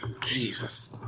Jesus